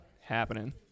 happening